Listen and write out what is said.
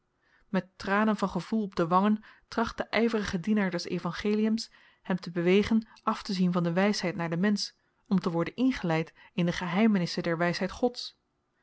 met tranen van gevoel op de wangen tracht de yverige dienaar des evangeliums hem te bewegen aftezien van de wysheid naar den mensch om te worden ingeleid in de geheimenissen der wysheid gods